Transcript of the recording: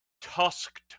tusked